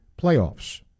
playoffs